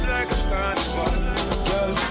Girl